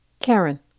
Karen